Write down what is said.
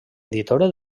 editora